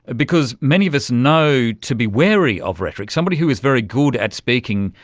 because many of us know to be wary of rhetoric. somebody who is very good at speaking,